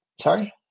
sorry